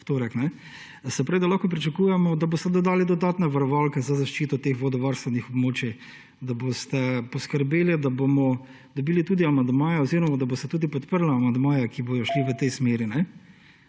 v torek. Se pravi, da lahko pričakujemo, da boste dodali dodatne varovalke za zaščito teh vodovarstvenih območij, da boste poskrbeli, da bom dobili tudi amandmaje oziroma da boste podprli amandmaje, ki bodo šli v tej smeri